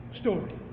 story